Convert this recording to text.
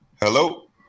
Hello